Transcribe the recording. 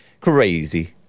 Crazy